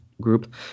group